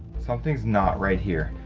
something's not right here.